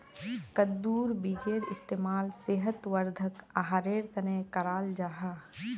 कद्दुर बीजेर इस्तेमाल सेहत वर्धक आहारेर तने कराल जाहा